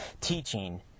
teaching